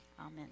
Amen